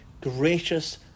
gracious